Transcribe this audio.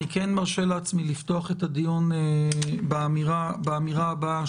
אני כן מרשה לעצמי לפתוח את הדיון באמירה הבאה,